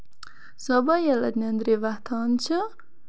صبُحٲے ییٚلہِ اَتہِ نیندرِ وۄتھان چھِ